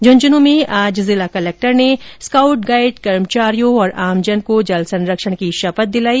झूंझुनूं में आज जिला कलेक्टर ने स्काउट गाइड कर्मचारियों और आमजन को जल संरक्षण की शपथ दिलाई